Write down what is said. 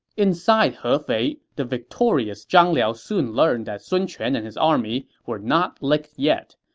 inside hefei, the victorious zhang liao soon learned that sun quan and his army were not licked yet,